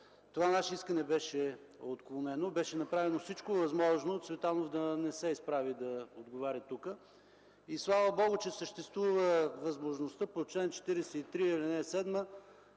Това наше искане беше отклонено, беше направено всичко възможно Цветанов да не се изправи да отговаря тук. Слава Богу, че съществува възможността по чл. 43, ал. 7,